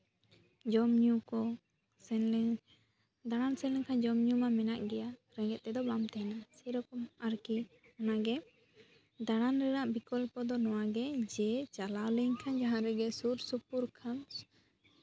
ᱡᱚᱢ ᱧᱩ ᱠᱚ ᱥᱮᱱᱞᱮ ᱫᱟᱬᱟᱱ ᱥᱮᱱ ᱞᱮᱱᱠᱷᱟᱱ ᱡᱚᱢ ᱧᱩ ᱢᱟ ᱢᱮᱱᱟᱜ ᱜᱮᱭᱟ ᱨᱮᱸᱜᱮᱡ ᱛᱮᱫᱚ ᱵᱟᱢ ᱛᱟᱦᱮᱱᱟ ᱥᱮᱨᱚᱠᱚᱢ ᱟᱨᱠᱤ ᱚᱱᱟᱜᱮ ᱫᱟᱬᱟᱱ ᱨᱮᱱᱟᱜ ᱵᱤᱠᱚᱞᱯ ᱫᱚ ᱱᱚᱣᱟᱜᱮ ᱡᱮ ᱪᱟᱞᱟᱣ ᱞᱮᱱᱠᱷᱟᱱ ᱡᱟᱦᱟᱸ ᱨᱮᱜᱮ ᱥᱩᱨ ᱥᱩᱯᱩᱨ ᱠᱷᱟᱱ